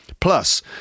Plus